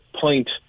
point